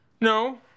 No